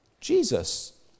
Jesus